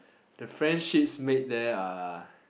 the friendships made there are